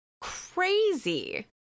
crazy